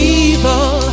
evil